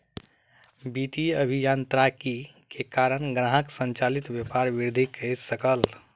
वित्तीय अभियांत्रिकी के कारण ग्राहक संचालित व्यापार वृद्धि कय सकल